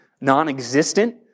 non-existent